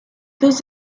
thus